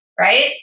right